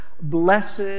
blessed